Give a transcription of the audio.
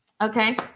Okay